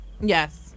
Yes